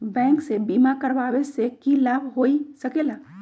Bank से बिमा करावे से की लाभ होई सकेला?